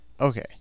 Okay